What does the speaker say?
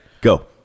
go